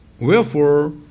Wherefore